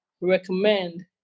recommend